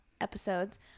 episodes